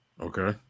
Okay